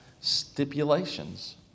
stipulations